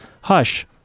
hush